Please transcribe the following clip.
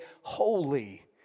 holy